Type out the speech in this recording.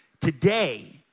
Today